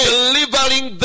delivering